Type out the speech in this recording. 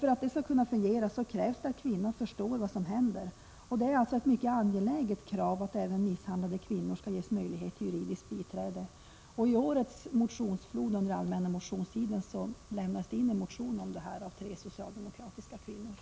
För att detta skall kunna fungera krävs att kvinnan förstår vad som händer. Det är alltså ett mycket angeläget krav att även misshandlade kvinnor ges möjlighet till juridiskt biträde. Under den allmänna motionstiden i år lämnades det in en motion till riksdagen om detta av tre socialdemokratiska kvinnor.